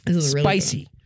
spicy